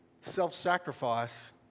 self-sacrifice